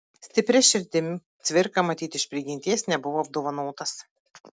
stipria širdim cvirka matyt iš prigimties nebuvo apdovanotas